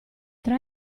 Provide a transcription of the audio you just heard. tra